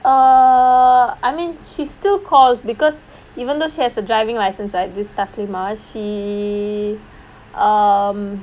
err I mean she still calls because even though she has a driving licence right this thasleema she um